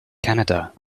canada